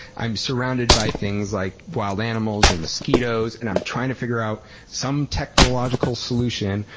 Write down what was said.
i'm surrounded by things like wild animals and mosquitoes, and i'm trying to figure out some technological solution,